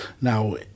Now